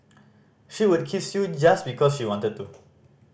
she would kiss you just because she wanted to